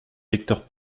vecteurs